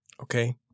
Okay